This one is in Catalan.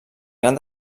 gran